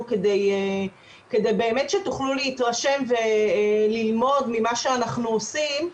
כדי באמת שתוכלו להתרשם וללמוד ממה שאנחנו עושים.